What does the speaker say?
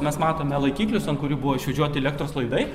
mes matome laikiklius ant kurių buvo išvedžioti elektros laidai